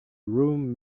room